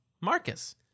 marcus